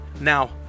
Now